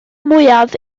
mwyaf